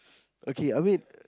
okay I mean